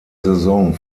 saison